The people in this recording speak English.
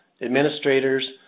administrators